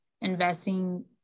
investing